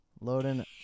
Loading